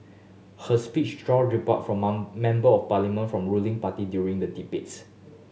her speech drew rebuttal from Member of Parliament from ruling party during the debates